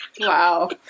Wow